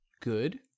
good